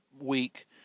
week